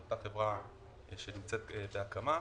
אותה חברה שנמצאת בהקמה.